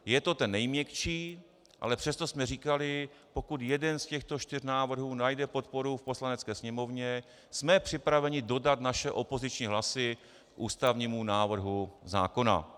Je to ten nejměkčí, ale přesto jsme říkali, pokud jeden z těchto čtyř návrhů najde podporu v Poslanecké sněmovně, jsme připraveni dodat své opoziční hlasy ústavnímu návrhu zákona.